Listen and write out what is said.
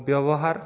ବ୍ୟବହାର